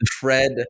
Fred